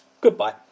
Goodbye